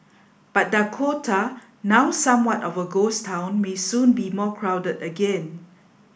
but Dakota now somewhat of a ghost town may soon be more crowded again